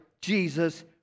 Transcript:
Jesus